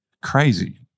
Crazy